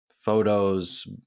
photos